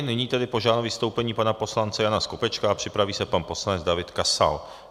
Nyní tedy požádám o vystoupení pana poslance Jana Skopečka a připraví se pan poslanec David Kasal.